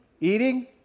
Eating